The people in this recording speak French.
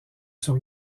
sur